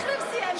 רגע.